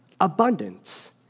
abundance